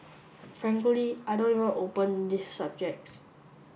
frankly I don't even open this subjects